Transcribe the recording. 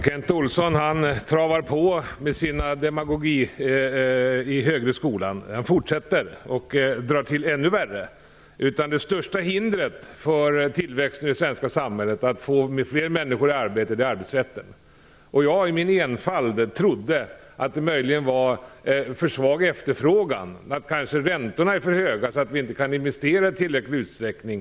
Herr talman! Kent Olsson travar på med sin demagogi i den högre skolan. Han fortsätter och drar på ännu vidare. Han säger att det största hindret för tillväxt i det svenska samhället och när det gäller att få fler människor i arbete är arbetsrätten. Jag trodde i min enfald att det möjligen fanns en för svag efterfrågan och att räntorna kanske är för höga så att man inte kan investera i tillräckligt stor utsträckning.